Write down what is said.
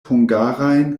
hungarajn